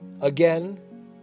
Again